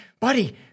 Buddy